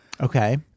okay